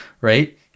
right